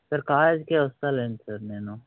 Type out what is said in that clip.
sir కాలేజ్కే వస్తాలేండి sir నేను